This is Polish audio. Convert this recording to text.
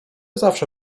zawsze